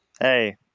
Hey